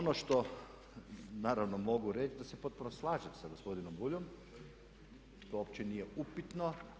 Ono što naravno mogu reći da se potpuno slažem sa gospodinom Buljom, to uopće nije upitno.